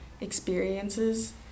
experiences